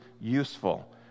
useful